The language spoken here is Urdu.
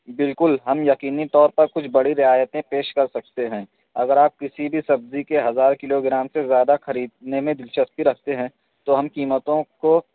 بالکل ہم یقینی طور پر کچھ بڑی رعایتیں پیش کر سکتے ہیں اگر آپ کسی بھی سبزی کے ہزار کلو گرام سے زیادہ خریدنے میں دلچسپی رکھتے ہیں تو ہم قیمتوں کو